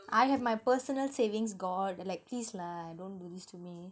I have my personal savings god like please lah don't do this to me